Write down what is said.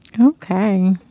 Okay